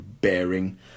bearing